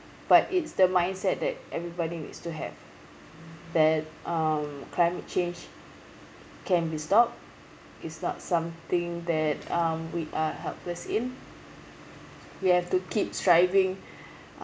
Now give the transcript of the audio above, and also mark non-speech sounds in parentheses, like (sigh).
but it's the mindset that everybody needs to have that um climate change can be stopped is not something that um we are helpless in we have to keep striving (breath)